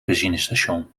benzinestation